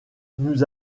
nous